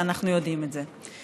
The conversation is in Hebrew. ואנחנו יודעים את זה.